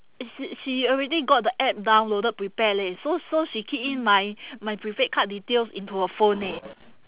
sh~ she already got the app downloaded prepared leh so so she keyed in my my prepaid card details into her phone eh